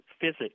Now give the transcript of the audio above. physics